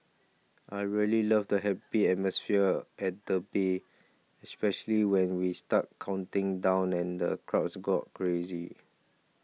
I really love the happy atmosphere at the bay especially when we start counting down and the crowds go crazy